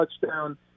touchdown